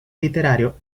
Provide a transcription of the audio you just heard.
literario